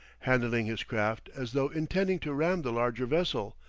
handling his craft as though intending to ram the larger vessel,